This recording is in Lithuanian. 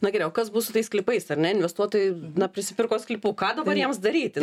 na gerai o kas bus su tais sklypais ar ne investuotojai na prisipirko sklypų ką dabar jiems daryti